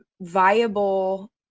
viable